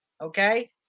Okay